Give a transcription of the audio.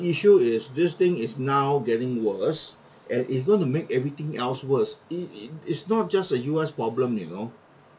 issue is this thing is now getting worse and it's gonna make everything else worse it it it's not just a U_S problem you know